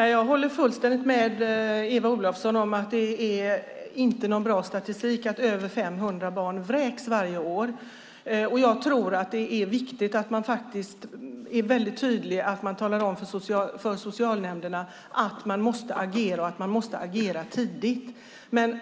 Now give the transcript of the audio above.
Herr talman! Jag håller fullständigt med Eva Olofsson om att det inte är någon bra statistik att över 500 barn vräks varje år. Jag tror att det är viktigt att tydligt tala om för socialnämnderna att de måste agera och att de måste agera tidigt. Men